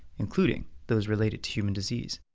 including those related to human disease.